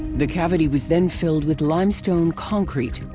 the cavity was then filled with limestone concrete.